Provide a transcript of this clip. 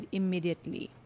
immediately